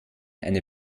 eine